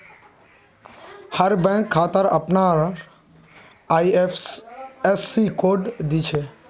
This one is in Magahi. हर बैंक खातात अपनार आई.एफ.एस.सी कोड दि छे